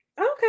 Okay